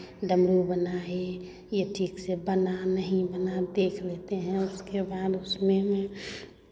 डमरू बनाई ये ठीक से बना नहीं बना देख लेते हैं और उसके बाद उसमें मैं